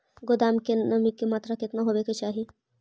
गोदाम मे नमी की मात्रा कितना होबे के चाही?